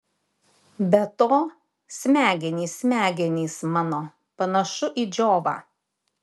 be to smegenys smegenys mano panašu į džiovą